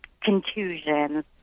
contusions